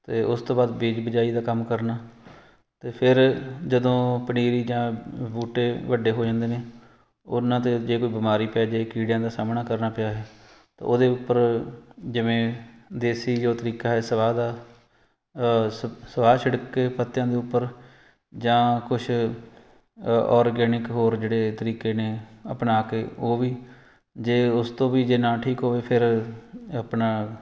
ਅਤੇ ਉਸ ਤੋਂ ਬਾਅਦ ਬੀਜ ਬਿਜਾਈ ਦਾ ਕੰਮ ਕਰਨਾ ਅਤੇ ਫਿਰ ਜਦੋਂ ਪਨੀਰੀ ਜਾਂ ਬੂਟੇ ਵੱਡੇ ਹੋ ਜਾਂਦੇ ਨੇ ਉਹਨਾਂ 'ਤੇ ਜੇ ਕੋਈ ਬਿਮਾਰੀ ਪੈ ਜੇ ਕੀੜਿਆਂ ਦਾ ਸਾਹਮਣਾ ਕਰਨਾ ਪਿਆ ਹੈ ਤਾਂ ਉਹਦੇ ਉੱਪਰ ਜਿਵੇਂ ਦੇਸੀ ਜੋ ਤਰੀਕਾ ਹੈ ਸਵਾਹ ਦਾ ਸਵਾਹ ਛਿੜਕ ਕੇ ਪੱਤਿਆਂ ਦੇ ਉੱਪਰ ਜਾਂ ਕੁਛ ਔਰਗੈਨਿਕ ਹੋਰ ਜਿਹੜੇ ਤਰੀਕੇ ਨੇ ਅਪਣਾ ਕੇ ਉਹ ਵੀ ਜੇ ਉਸ ਤੋਂ ਵੀ ਜੇ ਨਾ ਠੀਕ ਹੋਵੇ ਫਿਰ ਆਪਣਾ